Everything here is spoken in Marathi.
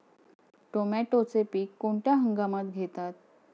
टोमॅटोचे पीक कोणत्या हंगामात घेतात?